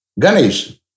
Ganesh